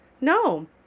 no